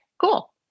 cool